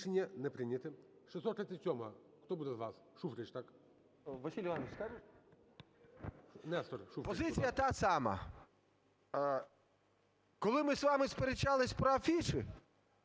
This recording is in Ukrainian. Рішення не прийнято.